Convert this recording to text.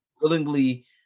willingly